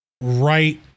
right